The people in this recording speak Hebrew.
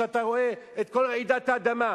שאתה רואה את כל רעידת האדמה,